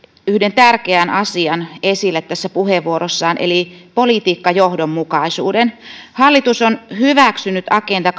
yhden tärkeän asian esille tässä puheenvuorossaan eli politiikkajohdonmukaisuuden hallitus on hyväksynyt agenda